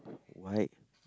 white